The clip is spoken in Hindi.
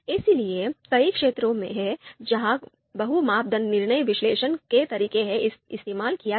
इसलिए कई क्षेत्र हैं जहां बहु मापदंड निर्णय विश्लेषण के तरीके हैं इस्तेमाल किया गया